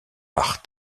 par